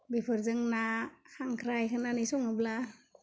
बेफोरजों ना खांख्राय होनानै सङोब्ला